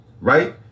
right